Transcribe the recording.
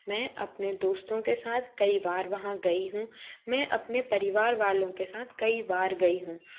मैं अपने दोस्तों के साथ कई बार वहाँ गई हूँ मैं अपने परिवार वालों के साथ कई बार गई हूँ